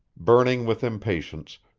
burning with impatience,